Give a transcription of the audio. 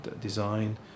design